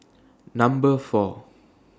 Number four